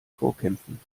vorkämpfen